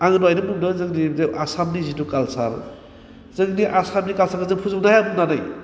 आङो दहायनो बुंदों जोंनि आसामनि जिथु काल्सार जोंनि आसामनि काल्सारखौ जों फोजोबनो हाया होन्नानै